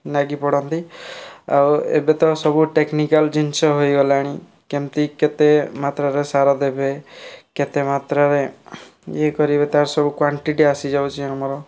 ଲାଗି ପଡ଼ନ୍ତି ଆଉ ଏବେ ତ ସବୁ ଟେକ୍ନିକାଲ୍ ଜିନିଷ ହୋଇଗଲାଣି କେମିତି କେତେ ମାତ୍ରାରେ ସାର ଦେବେ କେତେ ମାତ୍ରାରେ ଇଏ କରିବେ ତାର ସବୁ କ୍ଵାଣ୍ଟିଟି ଆସିଯାଉଛି ଆମର